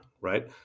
right